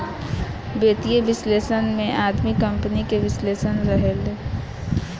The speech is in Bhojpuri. वित्तीय विश्लेषक में आदमी कंपनी के विश्लेषण करेले